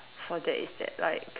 for that is that like